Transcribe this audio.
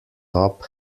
top